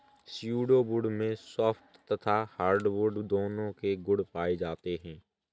pseudo wood में soft तथा hardwood दोनों के गुण पाए जाते हैं